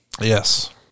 Yes